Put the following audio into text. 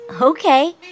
Okay